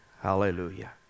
hallelujah